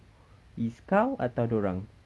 is kau atau dia orang